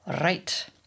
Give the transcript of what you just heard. Right